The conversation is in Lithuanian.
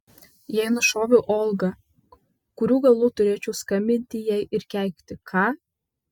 jei nušoviau olgą kurių galų turėčiau skambinti jai ir keikti ką